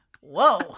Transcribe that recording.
Whoa